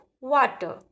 water